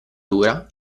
dura